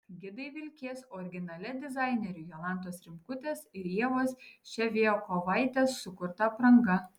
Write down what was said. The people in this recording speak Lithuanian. gidai vilkės originalia dizainerių jolantos rimkutės ir ievos ševiakovaitės sukurta apranga